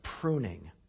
pruning